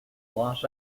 los